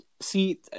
see